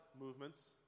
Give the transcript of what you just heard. movements